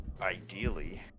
ideally